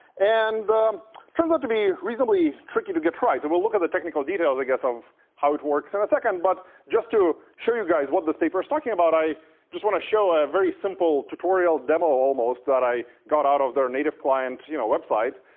and it turns out to be reasonably tricky to get right. and we'll look at the technical details, i guess, of how it works in a second. but just to show you guys what this paper is talking about, i just want to show a very simple tutorial demo almost that i got out of their native client you know website.